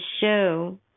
show